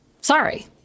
Sorry